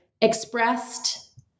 expressed